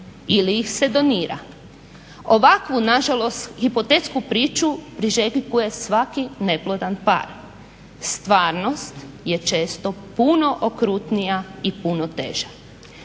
ili ih se donira. Ovakvu na žalost hipotetsku priču priželjkuje svaki neplodan par. Stvarnost je često puno okrutnija i puno teža.